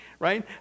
right